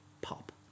pop